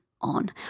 on